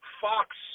Fox